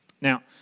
Now